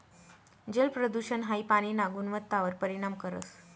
जलप्रदूषण हाई पाणीना गुणवत्तावर परिणाम करस